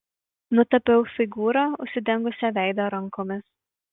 nutapiau figūrą užsidengusią veidą rankomis